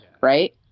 Right